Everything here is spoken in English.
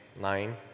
nine